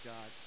God